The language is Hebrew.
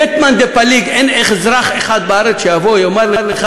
לית מאן דפליג, אין אזרח אחד בארץ שיבוא, יאמר לך